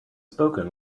spoken